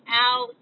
out